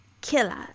killer